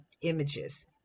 images